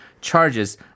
charges